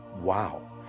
Wow